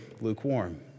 lukewarm